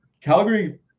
Calgary